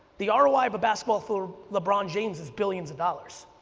the um roi of a basketball for lebron james is billions of dollars.